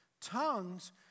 Tongues